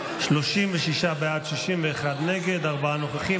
36 בעד, 61 נגד, ארבעה נוכחים.